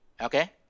Okay